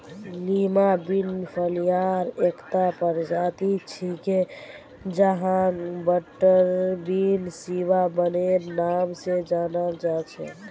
Lima bean फलियार एकता प्रजाति छिके जहाक बटरबीन, सिवा बिनेर नाम स जानाल जा छेक